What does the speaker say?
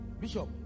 bishop